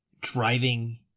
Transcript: driving